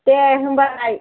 दे होनबालाय